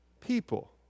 people